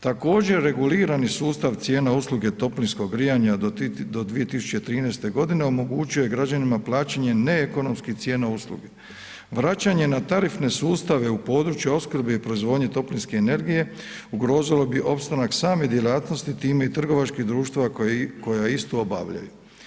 Također regulirani sustav cijene usluge toplinskog grijanja do 2013. g. omogućio je građanima plaćanje neekonomskih cijena usluge, vraćanje na tarifne sustave u području opskrbe i proizvodnje toplinske energije ugrozilo bi opstanak same djelatnosti time i trgovačkih društava koja isto obavljaju.